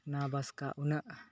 ᱱᱟᱶᱟ ᱵᱟᱥᱠᱟ ᱩᱱᱟᱹᱜ